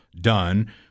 done